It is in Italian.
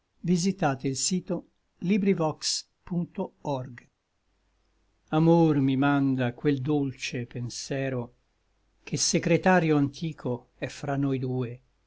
del ciel sirena amor mi manda quel dolce pensero che secretario anticho è fra noi due